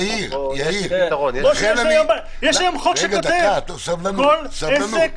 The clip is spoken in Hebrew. יאיר --- יש היום חוק שאומר שכל עסק